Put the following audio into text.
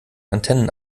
antennen